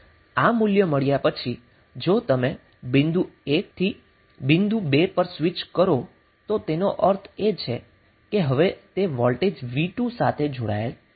આ મૂલ્ય મળ્યા પછી હવે જો તમે બિંદુ 1 થી બીજા બિંદુ 2 પર સ્વિચ કરો તો તેનો અર્થ એ છે કે હવે તે વોલ્ટેજ V2 થી જોડાયેલ છે